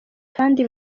kandi